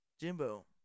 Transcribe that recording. Jimbo